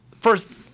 First